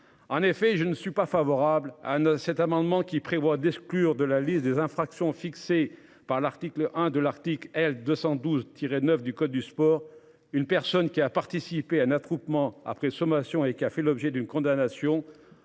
En effet, je ne suis pas favorable à cet amendement qui prévoit d'exclure de la liste des infractions fixées par l'article 1 de l'article L 212 tiré 9 du code du sport. Une personne qui a participé à un attroupement après sommation et qui a fait l'objet d'une condamnation